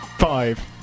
Five